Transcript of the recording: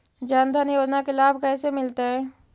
जन धान योजना के लाभ कैसे मिलतै?